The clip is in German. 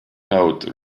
note